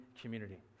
community